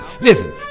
Listen